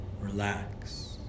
relax